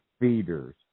feeders